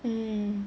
mmhmm